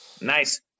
Nice